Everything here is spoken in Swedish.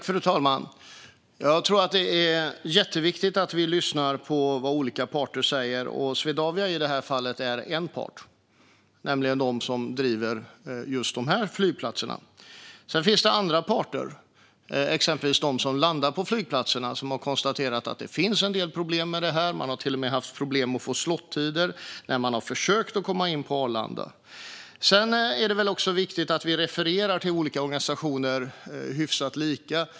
Fru talman! Det är jätteviktigt att vi lyssnar på vad olika parter säger. Swedavia är i det här fallet en part, nämligen den som driver just de här flygplatserna. Sedan finns det andra parter, exempelvis de som landar på flygplatserna. De har konstaterat att det finne en del problem med detta. De har till och med haft problem att få slottider när de har försökt att komma in på Arlanda. Det är också viktigt att vi refererar till olika organisationer hyfsat lika.